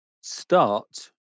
start